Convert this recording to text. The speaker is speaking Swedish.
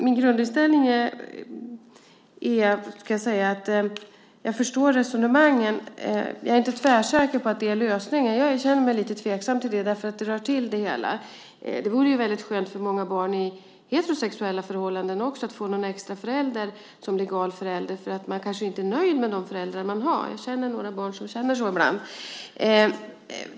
Min grundinställning är att jag förstår resonemangen, men jag är inte tvärsäker på att det är lösningen. Jag känner mig lite tveksam till det, för det rör till det hela. Det vore ju väldigt skönt för många barn i heterosexuella förhållanden också att få någon extra förälder som legal förälder, för man kanske inte är nöjd med de föräldrar man har. Jag känner några barn som känner så ibland.